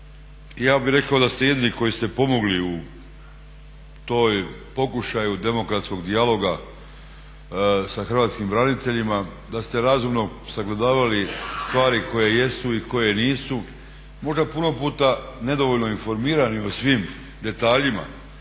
ja bih rekao da ste jedini koji ste pomogli u tom pokušaju demokratskog dijaloga sa hrvatskim braniteljima, da ste razumno sagledavali stvari koje jesu i koje nisu. Možda puno puta nedovoljno informirani o svim detaljima.